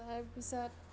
তাৰ পিছত